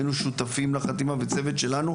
והיינו שותפים לחתימה וצוות שלנו,